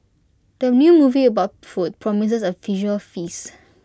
the new movie about food promises A visual feast